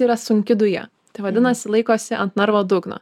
yra sunki duja tai vadinasi laikosi ant narvo dugno